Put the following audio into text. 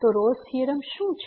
તો Rolle's theorem શું છે